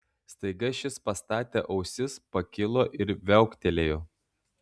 staiga šis pastatė ausis pakilo ir viauktelėjo